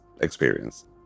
experience